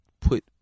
put